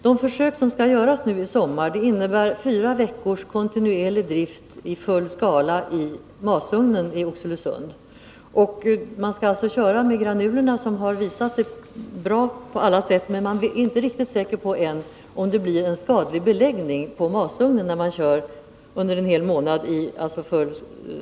De försök som skall göras nu i sommar innebär fyra veckors kontinuerlig drift i full skala i masugnen i Oxelösund. Man skall alltså köra med granuler, som har visat sig bra på alla sätt, men man är inte riktigt säker på om det blir någon beläggning på masugnen när man kör under en hel månad i full skala.